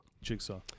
Jigsaw